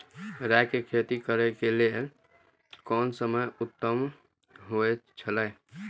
राय के खेती करे के लेल कोन समय उत्तम हुए छला?